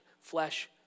flesh